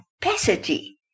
capacity